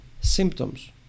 symptoms